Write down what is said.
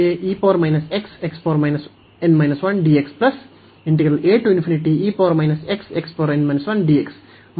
ಈ ಸಂದರ್ಭದಲ್ಲಿ ಮತ್ತು ನಾವು ಒಮ್ಮುಖವನ್ನು ಪ್ರತ್ಯೇಕವಾಗಿ ಚರ್ಚಿಸುತ್ತೇವೆ